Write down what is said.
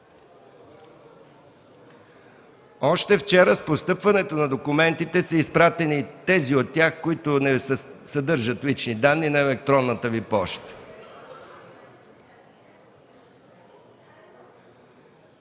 Още вчера с постъпването на документите са изпратени тези от тях, които не съдържат лични данни, на електронната Ви поща.